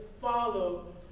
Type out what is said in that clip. follow